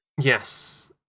Yes